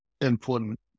important